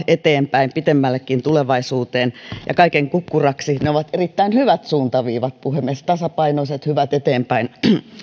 eteenpäin pitemmällekin tulevaisuuteen ja kaiken kukkuraksi ne ovat erittäin hyvät suuntaviivat puhemies tasapainoiset hyvät eteenpäin